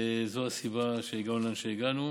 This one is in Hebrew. זו הסיבה שהגענו לאן שהגענו,